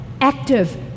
active